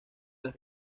las